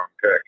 pick